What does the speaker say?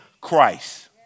Christ